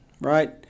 right